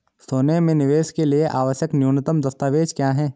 सोने में निवेश के लिए आवश्यक न्यूनतम दस्तावेज़ क्या हैं?